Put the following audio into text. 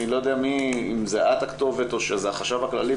אני לא יודע אם את הכתובת או החשב הכללי,